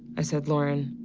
i said, lauren?